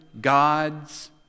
God's